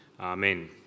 Amen